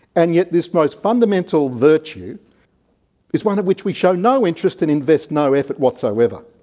and yet this most fundamental virtue is one in which we show no interest and invest no effort whatsoever.